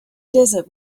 desert